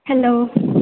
hello